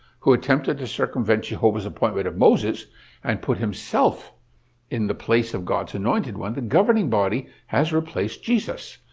who attempted to circumvent jehovah's appointment of moses and put himself in the place of god's anointed one, the governing body has replaced jesus,